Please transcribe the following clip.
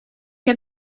heb